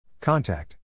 Contact